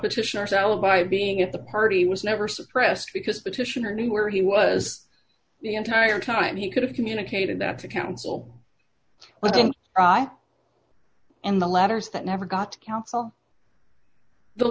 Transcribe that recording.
petitioners alibi being at the party was never suppressed because petitioner knew where he was the entire time he could have communicated that to counsel well done in the letters that never got counsel the